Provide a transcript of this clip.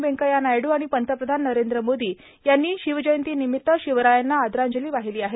व्यंकय्या नायडू आणि पंतप्रधान नरेंद्र मोदी यांनी शिव जयंतीनिमित्त शिवरायांना आदरांजली वाहिली आहे